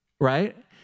Right